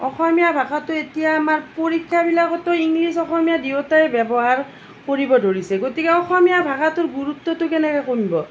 অসমীয়া ভাষাটো এতিয়া আমাৰ পৰীক্ষাবিলাকতো ইংলিছ অসমীয়া দুয়োটায়ে ব্যৱহাৰ কৰিব ধৰিছে গতিকে অসমীয়া ভাষাটোৰ গুৰুত্বটো কেনেকৈ কমিব